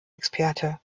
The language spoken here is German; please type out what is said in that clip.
experte